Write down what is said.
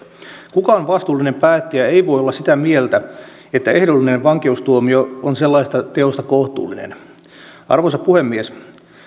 kukaan vastuullinen päättäjä ei voi olla sitä mieltä että ehdollinen vankeustuomio on sellaisesta teosta kohtuullinen arvoisa puhemies